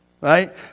right